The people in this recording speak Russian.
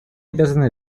обязаны